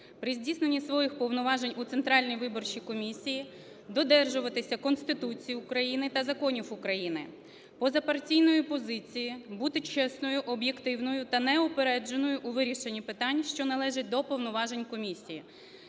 при здійсненні своїх повноважень у Центральній виборчій комісії додержуватися Конституції України та законів України, позапартійної позиції, бути чесною, об'єктивною та неупередженою у вирішенні питань, що належать до повноважень комісії,